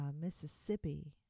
Mississippi